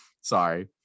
sorry